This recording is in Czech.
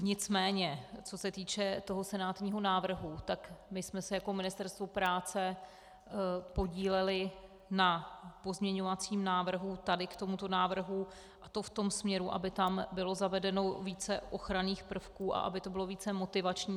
Nicméně co se týče senátního návrhu, tak my jsme se jako Ministerstvo práce podíleli na pozměňovacím návrhu tady k tomuto návrhu, a to v tom směru, aby tam bylo zavedeno více ochranných prvků a aby to bylo více motivační.